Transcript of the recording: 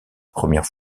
première